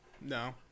No